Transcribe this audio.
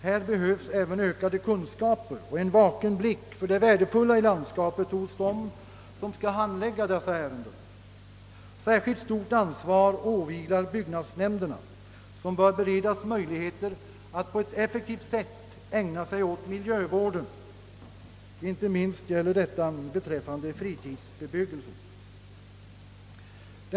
Här behövs även ökade kunskaper och. en vaken blick för det värdefulla i landskapet hos dem som skall handlägga dessa ärenden. Särskilt stort ansvar åvilar byggnadsnämnderna som bör ges möjligheter att på ett effektivt sätt ägna sig åt miljövård; inte minst gäller detta beträffande fritidsbebyggelsen.